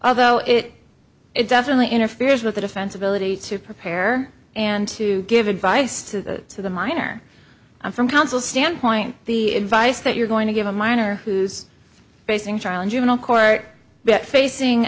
although it it definitely interferes with the defense ability to prepare and to give advice to the minor i'm from counsel standpoint the advice that you're going to give a minor who's facing trial in juvenile court but facing